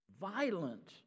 violent